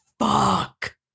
Fuck